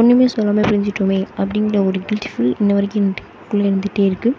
ஒன்றுமே சொல்லம பிரிஞ்சிவிட்டோமே அப்படிங்கிற ஒரு கில்ட்டி ஃபீல் இன்ன வரைக்கும் குள்ளே இருந்துகிட்டே இருக்கு